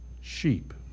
sheep